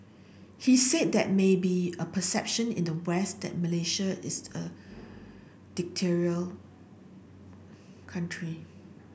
he said there may be a perception in the West that Malaysia is a dictatorial country